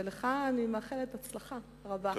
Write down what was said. ולך אני מאחלת הצלחה רבה.